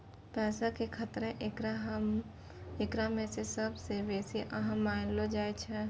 पैसा के खतरा एकरा मे सभ से बेसी अहम मानलो जाय छै